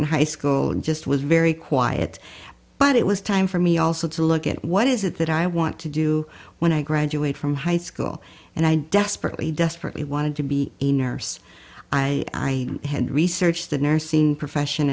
in high school just was very quiet but it was time for me also to look at what is it that i want to do when i graduate from high school and i desperately desperately wanted to be a nurse i had researched the nursing profession